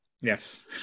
Yes